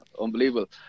unbelievable